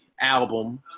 album